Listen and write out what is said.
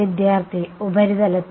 വിദ്യാർത്ഥി ഉപരിതലത്തിൽ